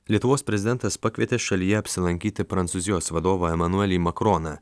lietuvos prezidentas pakvietė šalyje apsilankyti prancūzijos vadovą emanuelį makroną